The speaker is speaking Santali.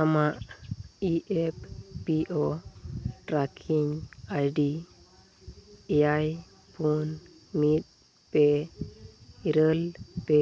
ᱟᱢᱟᱜ I F P O tracking I D ᱮᱭᱟᱭ ᱯᱩᱱ ᱢᱤᱫ ᱯᱮ ᱤᱨᱟᱹᱞ ᱯᱮ